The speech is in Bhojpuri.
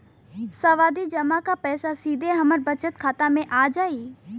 सावधि जमा क पैसा सीधे हमरे बचत खाता मे आ जाई?